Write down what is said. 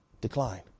decline